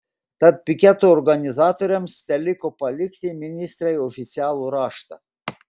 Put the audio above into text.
tad piketo organizatoriams teliko palikti ministrei oficialų raštą